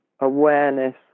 awareness